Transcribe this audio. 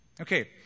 Okay